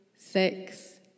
Six